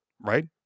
right